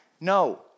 No